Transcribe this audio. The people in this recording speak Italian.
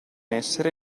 essere